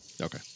Okay